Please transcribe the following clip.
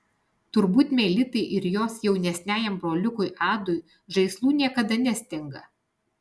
turbūt melitai ir jos jaunesniajam broliukui adui žaislų niekada nestinga